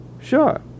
Sure